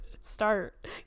Start